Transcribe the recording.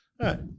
right